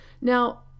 Now